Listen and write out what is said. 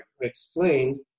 explained